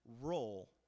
role